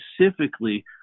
specifically